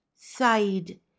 side